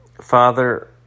Father